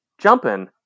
jumping